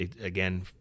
Again